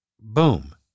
boom